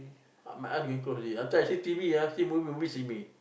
my eyes getting close already sometimes I see T_V or movie ah movie see me